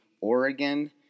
Oregon